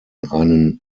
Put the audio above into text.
einen